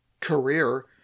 career